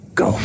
go